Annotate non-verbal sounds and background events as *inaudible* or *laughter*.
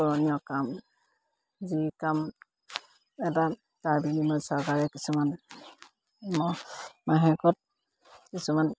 কৰণীয় কাম যি কাম এটা *unintelligible* চৰকাৰে কিছুমান মাহেকত কিছুমান